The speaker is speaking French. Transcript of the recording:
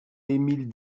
émile